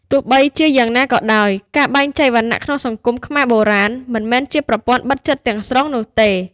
ទោះបីជាយ៉ាងណាក៏ដោយ ការបែងចែកវណ្ណៈក្នុងសង្គមខ្មែរបុរាណមិនមែនជាប្រព័ន្ធបិទជិតទាំងស្រុងនោះទេ។